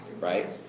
right